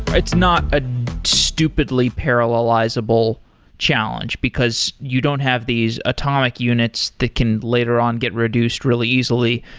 it's not a stupidly parallelizable challenge, because you don't have these atomic units that can later on get reduced really easily.